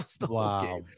wow